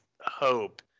hope